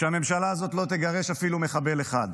שהממשלה הזאת לא תגרש אפילו מחבל אחד.